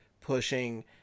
pushing